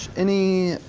any